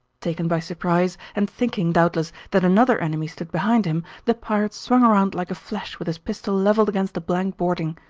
taken by surprise, and thinking, doubtless, that another enemy stood behind him, the pirate swung around like a flash with his pistol leveled against the blank boarding.